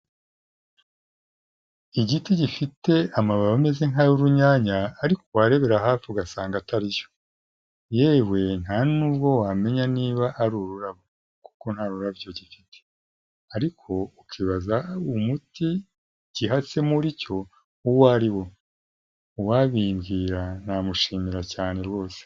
Igiti gifite amababi ameze nk'ay'urunyanya, ariko warebera hafi ugasanga atari yo, yewe ntanubwo wamenya niba ari ururabo kuko nta ruraryo gifite, ariko ukibaza umuti gihatse muri cyo uwo ari wo, uwabimbwira namushimira cyane rwose.